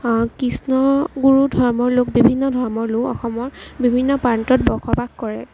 কৃষ্ণগুৰু ধৰ্মৰ লোক বিভিন্ন ধৰ্মৰ লোক অসমৰ বিভিন্ন প্ৰান্তত বসবাস কৰে